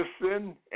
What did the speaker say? listen